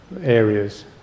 areas